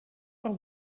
are